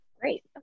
great